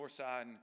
Northside